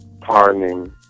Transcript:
pardoning